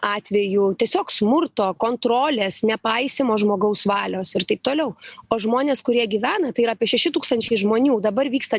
atvejų tiesiog smurto kontrolės nepaisymo žmogaus valios ir taip toliau o žmonės kurie gyvena tai yra apie šeši tūkstančiai žmonių dabar vyksta